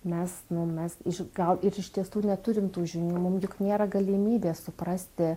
mes nu mes iš gal ir iš tiesų neturim tų žinių mum juk nėra galimybės suprasti